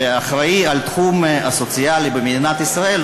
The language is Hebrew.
שאחראי לתחום הסוציאלי במדינת ישראל,